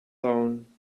down